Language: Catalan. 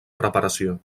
preparació